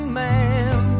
man